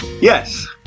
Yes